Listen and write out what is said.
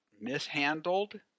mishandled